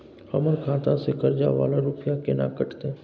हमर खाता से कर्जा वाला रुपिया केना कटते?